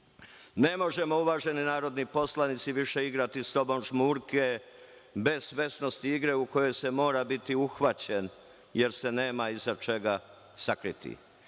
možemo, uvaženi narodni poslanici, više igrati sa sobom žmurke, bez svesnosti igre u kojoj se mora biti uhvaćen, jer se nema iza čega